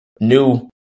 new